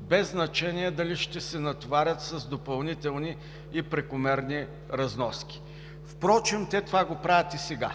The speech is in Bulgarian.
без значение дали ще се натоварят с допълнителни и прекомерни разноски. Впрочем, те това го правят и сега.